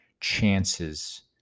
chances